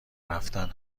رفتن